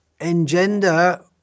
engender